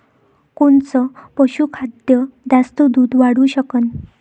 कोनचं पशुखाद्य जास्त दुध वाढवू शकन?